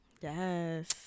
Yes